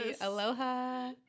Aloha